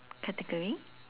category